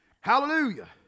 hallelujah